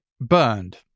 Burned